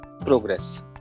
progress